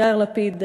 יאיר לפיד,